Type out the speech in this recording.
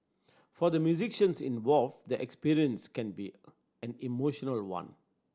for the musicians involved the experience can be an emotional one